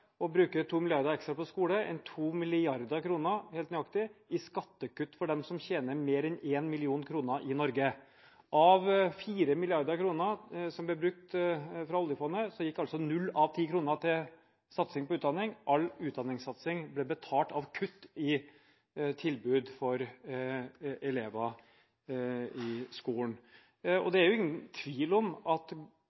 å bruke 2 mrd. kr ekstra på skole enn 2 mrd. kr – helt nøyaktig – på skattekutt for dem som tjener mer enn 1 mill. kr i Norge. Av 4 mrd. kr som ble brukt fra oljefondet, gikk 0 av 10 kr til satsing på utdanning. All satsing på utdanning ble betalt av kutt i tilbud for elever i skolen.